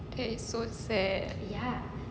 it's so sad